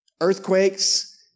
Earthquakes